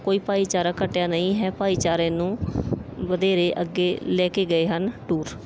ਕੋਈ ਭਾਈਚਾਰਾ ਘਟਿਆ ਨਹੀਂ ਹੈ ਭਾਈਚਾਰੇ ਨੂੰ ਵਧੇਰੇ ਅੱਗੇ ਲੈ ਕੇ ਗਏ ਹਨ ਟੂਰ